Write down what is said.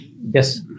Yes